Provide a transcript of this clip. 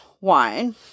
wine